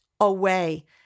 away